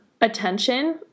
attention